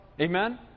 Amen